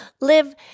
live